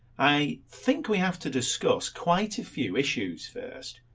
i think we have to discuss quite a few issues first.